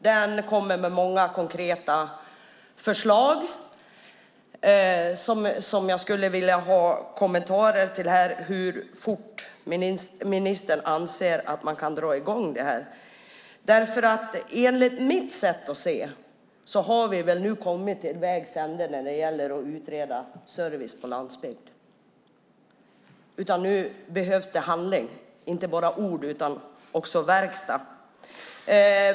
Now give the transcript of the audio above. Den kommer med många konkreta förslag som jag skulle vilja ha kommentarer till här. Hur fort anser ministern att man kan dra i gång detta? Enligt mitt sätt att se har vi kommit till vägs ände när det gäller att utreda servicen på landsbygden. Nu behövs det handling, inte bara ord utan också verkstad.